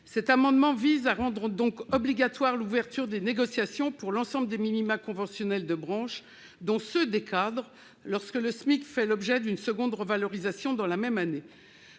amendement vise à rendre obligatoire l'ouverture des négociations pour l'ensemble des minima conventionnels de branche, dont ceux des cadres, lorsque le SMIC fait l'objet d'une seconde revalorisation dans la même année.